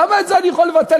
למה את זה אני יכול לבטל,